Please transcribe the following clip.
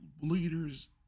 leaders